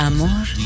Amor